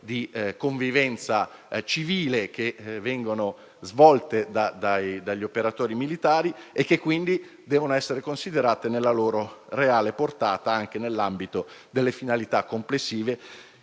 di convivenza civile che vengono svolte dagli operatori militari e che quindi devono essere considerate nella loro reale portata anche nell'ambito delle finalità complessive,